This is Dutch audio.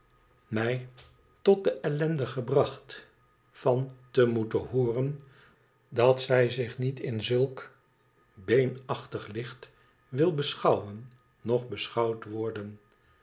mij tot de ellende gebracht van te moeten hooren dat zij zich niet in zulk een beenachtig licht wil beschouwen noch beschouwd worden